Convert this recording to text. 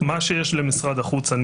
מה שיש למשרד החוץ,